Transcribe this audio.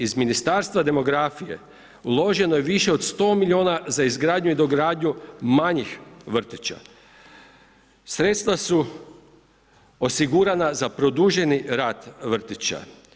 Iz Ministarstva demografije uloženo je više od 100 milijuna za izgradnju i dogradnju manjih vrtića, sredstva su osigurana za produženi rad vrtića.